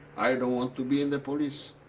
i don't want to be in the police.